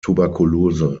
tuberkulose